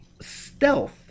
stealth